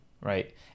Right